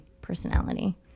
personality